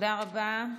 תודה רבה.